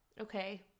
okay